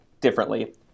differently